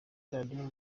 radio